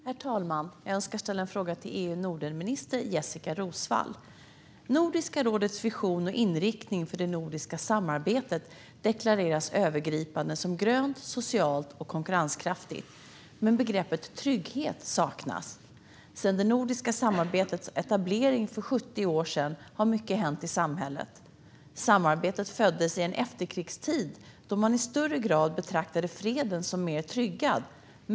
Herr talman! Jag önskar ställa en fråga till EU och Nordenminister Jessika Roswall. Nordiska rådets vision och inriktning för det nordiska samarbetet deklareras övergripande som grönt, socialt och konkurrenskraftigt. Men begreppet trygghet saknas. Sedan det nordiska samarbetets etablering för 70 år sedan har mycket hänt i samhället. Samarbetet föddes i en efterkrigstid då man i högre grad betraktade freden som mer tryggad.